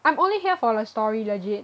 I'm only here for the story legit